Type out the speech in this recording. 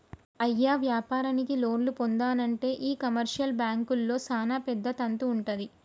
అయ్య వ్యాపారానికి లోన్లు పొందానంటే ఈ కమర్షియల్ బాంకుల్లో సానా పెద్ద తంతు వుంటది